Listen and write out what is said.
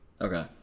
okay